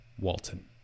Walton